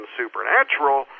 supernatural